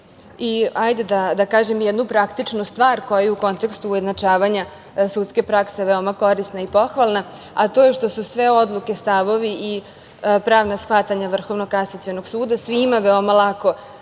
ulogu. Hajde da kažem i jednu praktičnu stvar koja je u kontekstu ujednačavanja sudske prakse veoma korisna i pohvalna, a to je što su sve odluke, stavovi i pravna shvatanja Vrhovnog kasacionog suda svima veoma lako dostupna